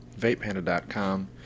VapePanda.com